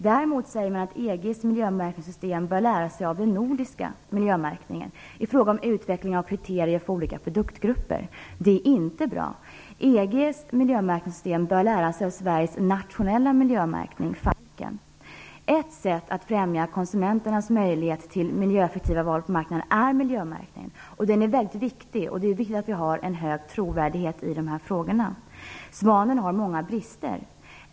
Däremot säger man att EG:s miljömärkningssystem bör lära sig av den nordiska miljömärkningen i fråga om utvecklingen av kriterier för olika produktgrupper. Det är inte bra. EG:s miljömärkningssystem bör lära sig av Sveriges nationella miljömärkning Falken. Ett sätt att främja konsumenternas möjlighet till miljöeffektiva val på marknaden är miljömärkningen. Den är väldigt viktig. Det är viktigt att vi har stor trovärdighet i de här frågorna. Svanen har många brister.